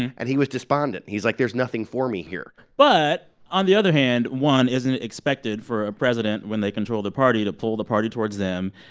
and he was despondent. he's like, there's nothing for me here but on the other hand, one, isn't it expected for a president, when they control the party, to pull the party towards them?